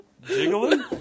Jiggling